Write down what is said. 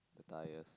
tyres